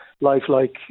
lifelike